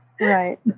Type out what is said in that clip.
Right